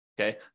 okay